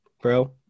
bro